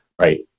right